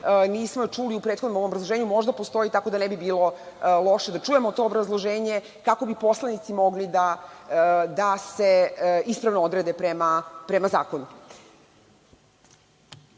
Nismo je čuli u prethodnom obrazloženju. Možda postoji, tako da možda ne bi bilo loše da čujemo to obrazloženje kako bi poslanici mogli da se ispravno odrede prema